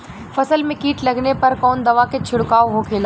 फसल में कीट लगने पर कौन दवा के छिड़काव होखेला?